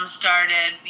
started